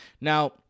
Now